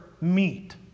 meet